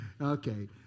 Okay